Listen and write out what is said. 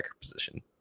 position